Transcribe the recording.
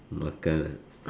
makan